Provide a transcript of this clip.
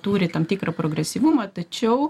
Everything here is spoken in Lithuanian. turi tam tikrą progresyvumą tačiau